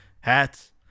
hats